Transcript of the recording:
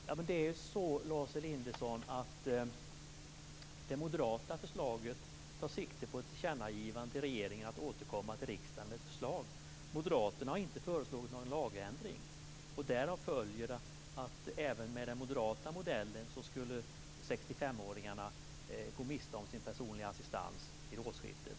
Fru talman! Det är ju så, Lars Elinderson, att det moderata förslaget tar sikte på ett tillkännagivande till regeringen om att återkomma till riksdagen med ett förslag. Moderaterna har inte föreslagit någon lagändring. Därav följer att även med den moderata modellen skulle 65-åringarna gå miste om sin personliga assistans vid årsskiftet.